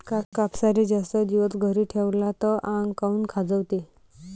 कापसाले जास्त दिवस घरी ठेवला त आंग काऊन खाजवते?